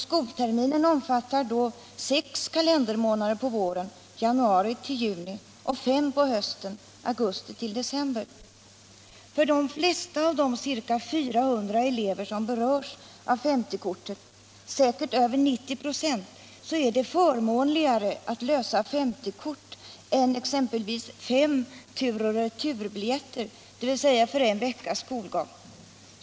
Skolterminen omfattar sex kalendermånader på våren, januari-juni, och fem på hösten, augustidecember. För de flesta av de ca 400 elever sor berörs av 50-kortet är det förmånligare att lösa 50-kort än exempelvis fem turoch returbiljetter, dvs. för en veckas skolgång.